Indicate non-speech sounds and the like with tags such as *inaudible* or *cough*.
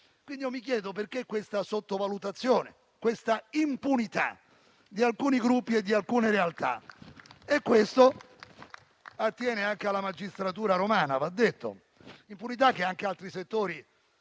Quindi io mi chiedo perché questa sottovalutazione e questa impunità di alcuni gruppi e di alcune realtà. *applause* Questo attiene anche alla magistratura romana, va detto; impunità che anche altri settori